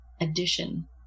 addition